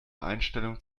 einstellung